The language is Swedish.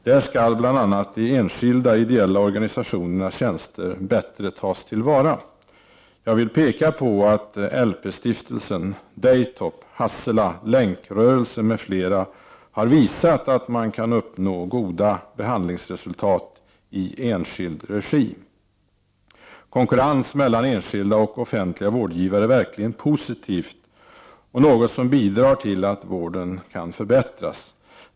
Där skall bl.a. de enskilda ideella organisationernas tjänster bättre tas till vara. Jag vill peka på att LP-stiftelsen, Daytop, Hassela, Länkrörelsen m.fl. har visat att man kan uppnå goda behandlingsresultat i enskild regi. Konkurrens mellan enskilda och offentliga vårdgivare är verkligen positivt och något som bidrar till att vården kan förbättras.